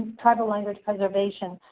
tribal language preservation.